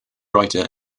writer